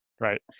right